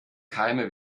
keime